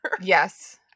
Yes